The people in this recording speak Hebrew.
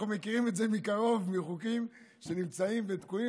אנחנו מכירים את זה מקרוב מחוקים שנמצאים ותקועים